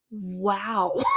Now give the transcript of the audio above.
wow